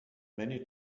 many